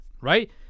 right